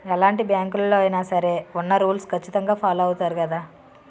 ఎలాంటి బ్యాంకులలో అయినా సరే ఉన్న రూల్స్ ఖచ్చితంగా ఫాలో అవుతారు గదా